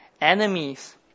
enemies